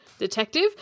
detective